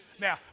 Now